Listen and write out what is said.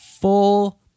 full